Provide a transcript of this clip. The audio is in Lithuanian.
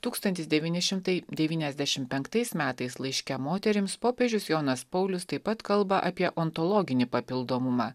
tūkstantis devyni šimtai devyniasdešimt penktais metais laiške moterims popiežius jonas paulius taip pat kalba apie ontologinį papildomumą